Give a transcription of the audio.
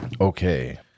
Okay